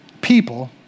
people